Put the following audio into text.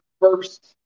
first